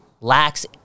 lacks